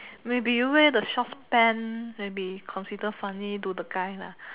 maybe you wear the short pants maybe consider funny to the guy lah